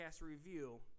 review